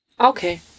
Okay